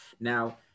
Now